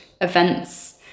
events